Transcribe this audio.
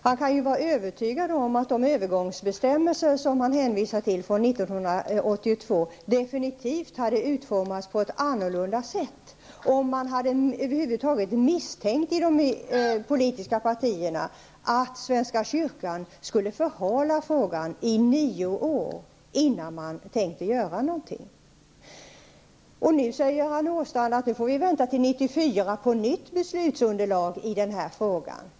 Han kan vara övertygad om att de övergångsbestämmelser från 1982 som han hänvisar till definitivt hade utformats på ett annorlunda sätt om man över huvud taget hade misstänkt inom de politiska partierna att svenska kyrkan skulle förhala frågani nio år innan man tänkte göra något. Nu säger Göran Åstrand att vi får vänta till 1994 på ett nyt beslutsunderlag i denna fråga.